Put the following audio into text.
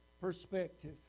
perspective